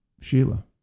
Sheila